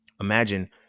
imagine